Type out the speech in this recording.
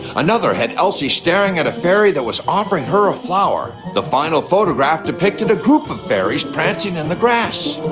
another had elsie staring at a fairy that was offering her a flower. the final photograph depicted a group of fairies prancing in the grass.